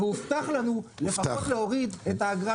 הובטח לנו להוריד- -- על-ידי הרשות